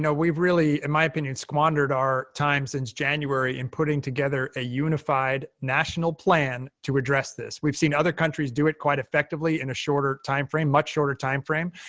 we've really, in my opinion, squandered our time since january in putting together a unified national plan to address this. we've seen other countries do it quite effectively in a shorter timeframe, much shorter timeframe,